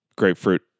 Grapefruit